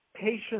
patients